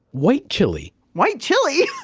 white chili white chili.